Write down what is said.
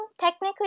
technically